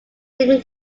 jim